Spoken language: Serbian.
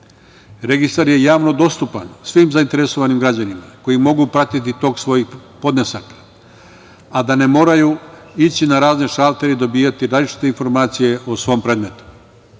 Registar je javno dostupan svim zainteresovanim građanima koji mogu pratiti tok svojih podnesaka, a da ne moraju ići na razne šaltere i dobijati različite informacije o svom predmetu. Upravo